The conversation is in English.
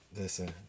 Listen